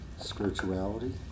Spirituality